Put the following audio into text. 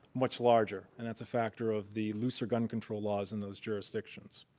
much larger, and that's a factor of the looser gun control laws in those jurisdictions.